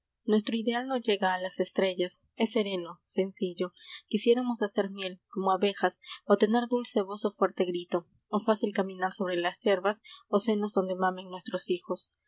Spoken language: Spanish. stro ideal no llega a las estrellas s sereno sencillo quisiéramos hacer miel como abejas q ner dulce voz o fuerte grito q f cil caminar sobre las hierbas senos donde mamen nuestros hijos